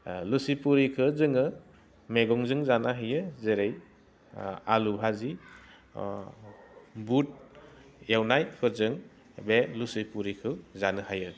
लुसि पुरिखो जोङो मैगंजों जानो हायो जेरै आलु भाजि बुट एवनायफोरजों बे लुसि पुरिखौ जानो हायो